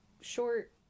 short